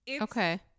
Okay